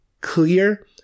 clear